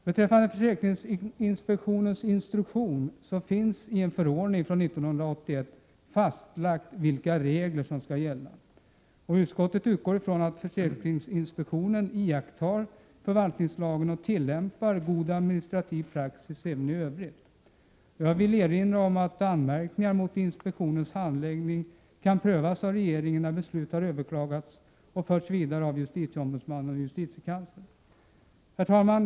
Beträffande försäkringsinspektionens instruktion finns i en förordning från 1981 fastlagt vilka regler som skall gälla. Utskottet utgår från att försäkringsinspektionen iakttar förvaltningslagen och tillämpar god administrativ praxis även i Övrigt. Jag vill erinra om att anmärkningar mot inspektionens handläggning kan prövas av regeringen när beslut har överklagats och förts vidare av justitieombudsmannen och justitiekanslern. Herr talman!